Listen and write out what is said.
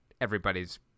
everybody's